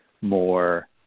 more